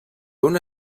una